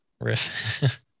riff